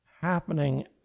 happening